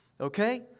Okay